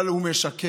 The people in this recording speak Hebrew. אבל הוא משקר.